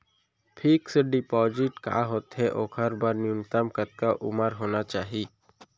Fix deposit का होथे ओखर बर न्यूनतम कतका उमर होना चाहि?